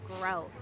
growth